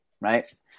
right